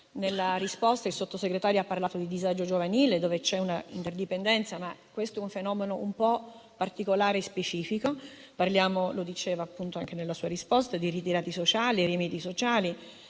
Nella sua risposta il Sottosegretario ha parlato di disagio giovanile dove c'è una interdipendenza, ma questo è un fenomeno un po' particolare e specifico. Parliamo - come diceva il Sottosegretario nella sua risposta - di ritirati ed eremiti sociali.